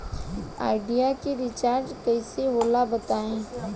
Idea के recharge कइसे होला बताई?